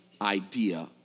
idea